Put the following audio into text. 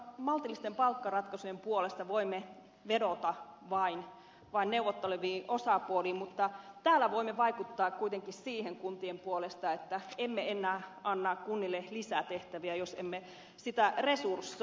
maltillisten palkkaratkaisujen puolesta voimme vain vedota neuvotteleviin osapuoliin mutta täällä voimme vaikuttaa kuitenkin siihen kuntien puolesta että emme enää anna kunnille lisää tehtäviä jos emme niitä resursoi